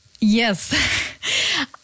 Yes